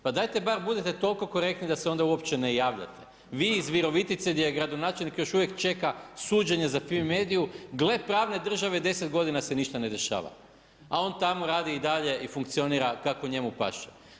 Pa dajte bar budite toliko korektni da se onda uopće ne javljate vi iz Virovitice gdje je gradonačelnik još uvijek čeka suđenje za Fimi mediju, gle pravne države 10 godina se ništa ne dešava, a on tamo radi i dalje i funkcionira kako njemu paše.